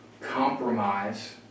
compromise